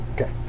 Okay